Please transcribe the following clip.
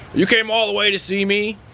you came all the way to see me?